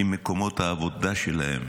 כי מקומות העבודה שלהם